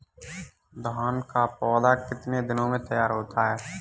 धान का पौधा कितने दिनों में तैयार होता है?